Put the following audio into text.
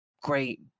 great